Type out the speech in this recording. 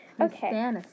Okay